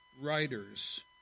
writers